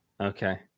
Okay